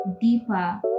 deeper